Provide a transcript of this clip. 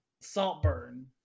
Saltburn